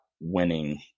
winning